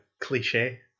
cliche